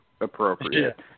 appropriate